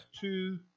two